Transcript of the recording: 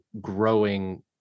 growing